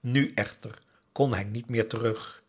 nu echter kon hij niet meer terug